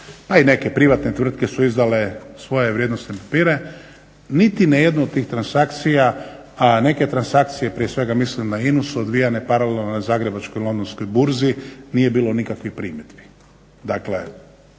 pa i neke privatne tvrtke su izdale svoje vrijednosne papire. Niti na jednu od tih transakcija, a neke transakcije prije svega mislim na INA-u su odvijane paralelno na Zagrebačkoj i Londonskoj burzi. Nije bilo nikakvih primjedbi.